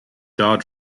jaw